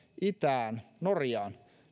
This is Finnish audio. itään norjaan